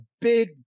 Big